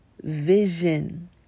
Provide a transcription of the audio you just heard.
vision